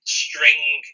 string